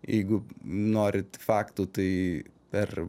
jeigu norit faktų tai per